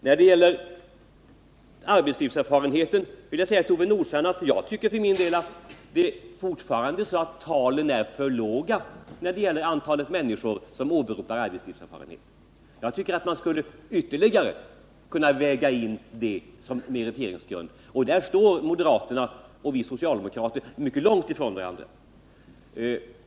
När det gäller arbetslivserfarenheten vill jag till Ove Nordstrandh säga, att jag för min del tycker att antalet människor som åberopar arbetslivserfarenhet fortfarande är för litet. Jag tycker att man skulle ytterligare kunna väga in det som meriteringsgrund. På denna punkt står moderaterna och vi socialdemokrater ideologiskt mycket långt ifrån varandra.